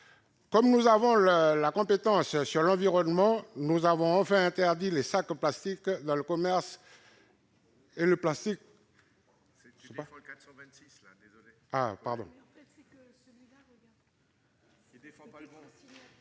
Comme nous avons la compétence sur l'environnement, nous avons enfin interdit les sacs en plastique dans les commerces